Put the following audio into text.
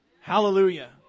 Hallelujah